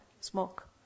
smoke